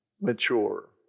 mature